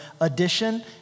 addition